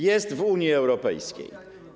Jest w Unii Europejskiej.